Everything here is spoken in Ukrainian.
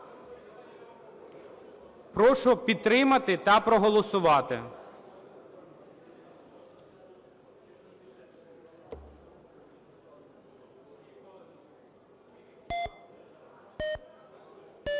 Прошу підтримати та проголосувати. 11:04:48